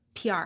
PR